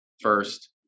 first